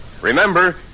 Remember